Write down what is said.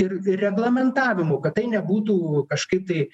ir ir reglamentavimų kad tai nebūtų kažkaip tai